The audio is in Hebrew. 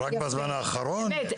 רק בזמן האחרון זה הפך להיות כך.